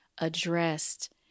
addressed